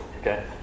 Okay